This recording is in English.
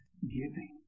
Giving